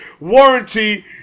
warranty